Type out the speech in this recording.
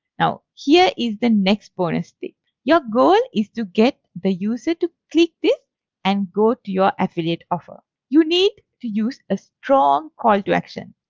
now here is the next bonus tip. your goal is to get the user to click this and go to your affiliate offer. you need to use a strong call to action.